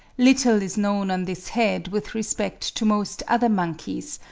little is known on this head with respect to most other monkeys,